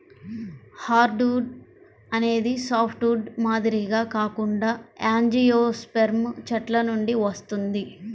hardwood అనేది softwood మాదిరిగా కాకుండా యాంజియోస్పెర్మ్ చెట్ల నుండి వస్తుంది